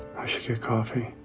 i should get coffee.